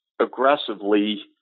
aggressively